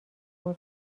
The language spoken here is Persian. عرضه